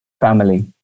Family